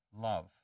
Love